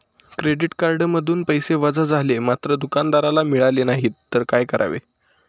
Credit कार्डमधून पैसे वजा झाले मात्र दुकानदाराला मिळाले नाहीत तर काय करावे?